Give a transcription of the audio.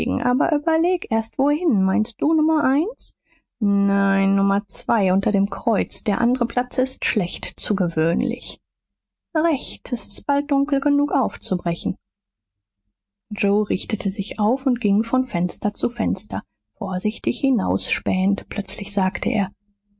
aber überleg erst wohin meinst du nummer eins nein nummer zwei unter dem kreuz der andere platz ist schlecht zu gewöhnlich recht s ist bald dunkel genug aufzubrechen joe richtete sich auf und ging von fenster zu fenster vorsichtig hinausspähend plötzlich sagte er